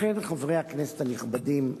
לכן, חברי הכנסת הנכבדים,